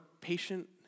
patient